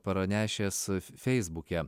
pranešęs feisbuke